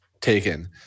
taken